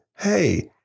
Hey